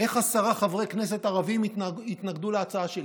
איך עשרה חברי כנסת ערבים התנגדו להצעה שלי,